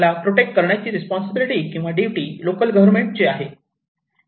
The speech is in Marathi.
मला प्रोटेक्ट करण्याची रिस्पॉन्सिबिलिटी किंवा ड्युटी लोकल गव्हर्मेंट ची आहे